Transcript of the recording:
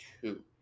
Two